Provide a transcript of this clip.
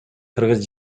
кыргыз